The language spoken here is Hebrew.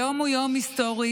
היום הוא יום היסטורי,